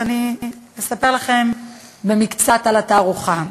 אני אספר לכם קצת על התערוכה.